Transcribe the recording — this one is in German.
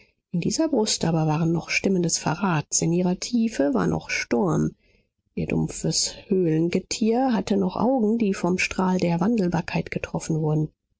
in dieser brust aber waren noch stimmen des verrats in ihrer tiefe war noch sturm ihr dumpfes höhlengetier hatte noch augen die vom strahl der wandelbarkeit getroffen wurden